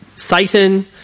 Satan